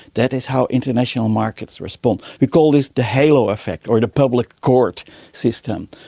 that is how international markets respond. we call this the halo effect, or the public court system.